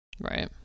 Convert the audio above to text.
Right